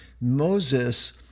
Moses